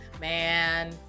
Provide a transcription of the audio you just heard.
man